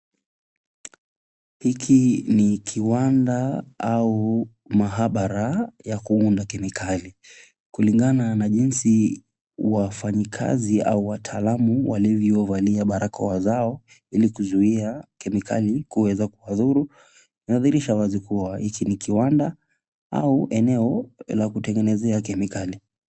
Hiki ni kiwanda au maabara ya kuunda kemikali. Kulingana na jinsi wafanyikazi au wataalamu walivyovalia barakoa zao ili kizuia kemikali kuweza kuwadhuru. Inaadhihirisha wazi kuwa hiki ni kiwanda au eneo la kutengenezea kemikali.